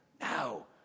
Now